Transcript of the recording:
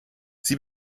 sie